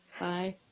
Bye